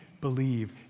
believe